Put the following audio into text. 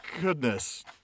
goodness